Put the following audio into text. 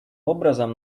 образом